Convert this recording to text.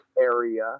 area